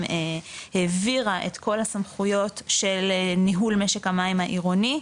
העבירה את כל הסמכויות של ניהול משק המים העירוני,